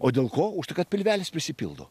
o dėl ko už tai kad pilvelis prisipildo